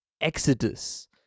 exodus